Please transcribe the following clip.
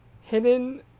Hidden